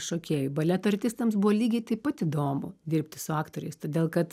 šokėjų baleto artistams buvo lygiai taip pat įdomu dirbti su aktoriais todėl kad